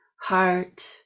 heart